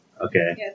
Okay